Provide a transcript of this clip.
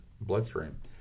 bloodstream